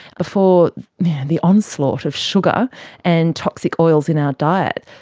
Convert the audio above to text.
before the onslaught of sugar and toxic oils in our diet.